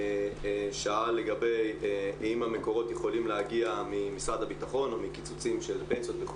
שאל אם המקורות יכולים להגיע ממשרד הביטחון או מקיצוצים של פנסיות,